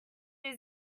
new